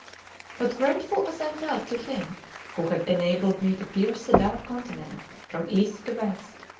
but grateful as i felt to him who had enabled me to pierce the dark continent from east to west,